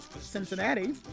Cincinnati